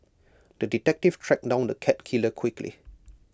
the detective tracked down the cat killer quickly